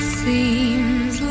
seems